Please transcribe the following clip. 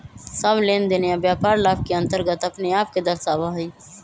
सब लेनदेन या व्यापार लाभ के अन्तर्गत अपने आप के दर्शावा हई